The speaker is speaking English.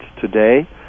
today